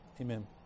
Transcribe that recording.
amen